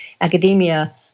academia